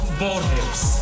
borders